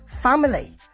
family